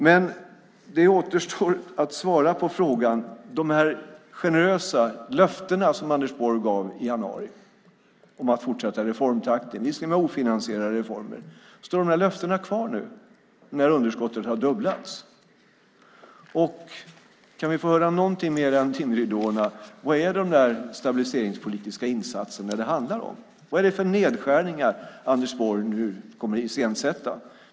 Men det återstår att svara på frågan: De generösa löften som Anders Borg gav i januari om att fortsätta reformtakten, visserligen med ofinansierade reformer, står de kvar nu när underskottet har dubblats? Kan vi få höra någonting mer än om dimridåerna? Vad är det för stabiliseringspolitiska insatser det handlar om? Vad är det för nedskärningar Anders Borg nu kommer att iscensätta?